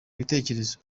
ibitekerezo